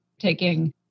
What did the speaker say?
taking